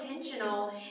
intentional